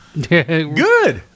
Good